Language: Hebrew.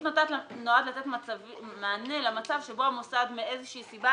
הסעיף נועד לתת מענה למצב שבו המוסד מאיזושהי סיבה